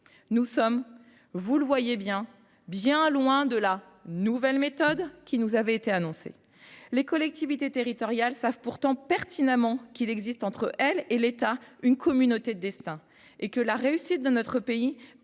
nous sommes vous le voyez bien bien loin de la nouvelle méthode qui nous avait été annoncé, les collectivités territoriales savent pourtant pertinemment qu'il existe entre elle et l'état une communauté de destin et que la réussite de notre pays